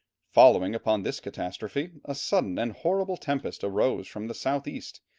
following upon this catastrophe, a sudden and horrible tempest arose from the south-east,